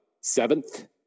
seventh